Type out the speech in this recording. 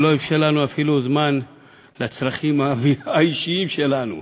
שלא אפשר לנו אפילו זמן לצרכים האישיים שלנו.